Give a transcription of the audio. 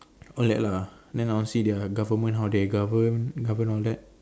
all that lah then I want to see their government how they govern govern all that